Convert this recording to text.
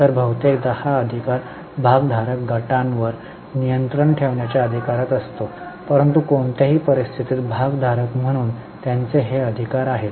तर बहुतेकदा हा अधिकार भागधारक गटांवर नियंत्रण ठेवण्याच्या अधिकारात असतो परंतु कोणत्याही परिस्थितीत भागधारक म्हणून त्यांचे हे अधिकार आहेत